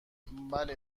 بله